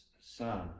son